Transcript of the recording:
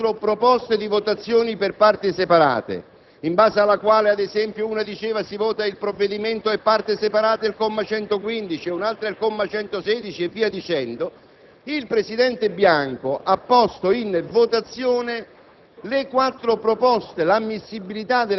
Quello che è avvenuto in Commissione, signor Presidente, è semplicemente questo: a fronte di quattro proposte di votazioni per parti separate (in base alle quali si diceva, ad esempio, in una di votare il provvedimento e per parti separate il comma 115, in un'altra il comma 116 e così via dicendo),